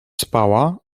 spała